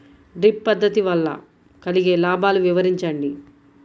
Drip పద్దతి వల్ల కలిగే లాభాలు వివరించండి?